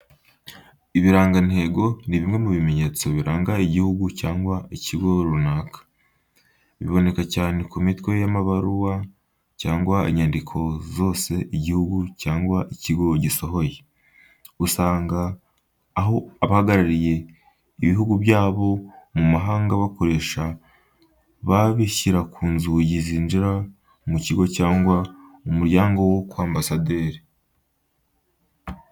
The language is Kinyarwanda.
Ibirangantego ni bimwe mu bimenyetso biranga igihugu cyangwa ikigo runaka. Biboneka cyane ku mitwe y'amabaruwa cyangwa inyandiko zose igihugu cyangwa ikigo gisohoye. Usanga aho abahagarariye ibihugu byabo mu mahanga bakorera babishyira ku nzugi zinjira mu kigo cyangwa umuryango wo kwa Ambasaderi.